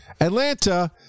Atlanta